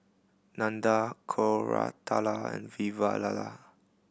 Nandan Koratala and Vavilala